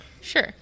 Sure